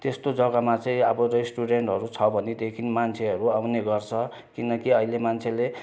त्यस्तो जग्गामा चाहिँ अब रेस्टुरेन्टहरू छ भनेदेखि मान्छेहरू आउने गर्छ किनकि अहिले मान्छेले